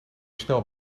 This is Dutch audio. snel